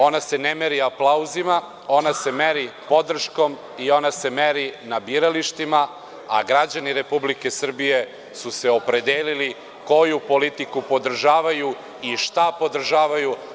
Ona se ne meri aplauzima, podrškom i ona se meri na biralištima, a građani Republike Srbije su se opredelili koju politiku podržavaju i šta podržavaju.